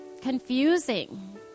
confusing